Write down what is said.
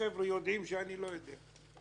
החבר'ה יודעים שאני לא יודע.